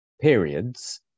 periods